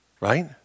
right